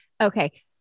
Okay